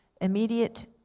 immediate